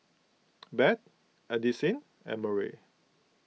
Bette Addisyn and Murry